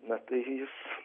na tai jis